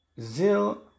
zil